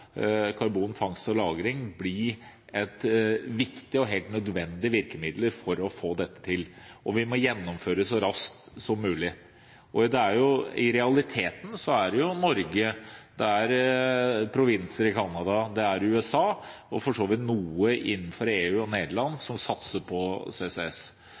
karbonfangst og -lagring viktige og helt nødvendige virkemidler for å få dette til. Vi må gjennomføre så raskt som mulig. I realiteten er det Norge, provinser i Canada, USA og for så vidt noen innenfor EU, Nederland, som satser på CCS.